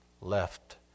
left